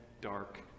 dark